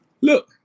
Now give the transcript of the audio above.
Look